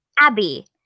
Abby